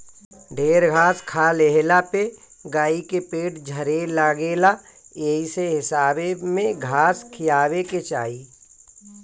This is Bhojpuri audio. ढेर घास खा लेहला पे गाई के पेट झरे लागेला एही से हिसाबे में घास खियावे के चाही